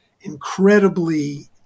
incredibly